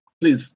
please